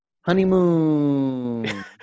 honeymoon